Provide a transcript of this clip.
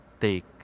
take